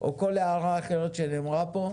או כל הערה אחרת שנאמרה פה.